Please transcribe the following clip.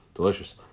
Delicious